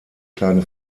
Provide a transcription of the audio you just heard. kleine